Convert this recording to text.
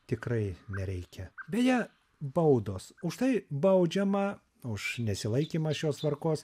tikrai nereikia beje baudos už tai baudžiama už nesilaikymą šios tvarkos